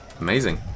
Amazing